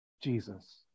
Jesus